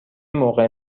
موقع